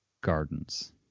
gardens